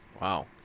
Wow